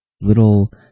little